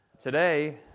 Today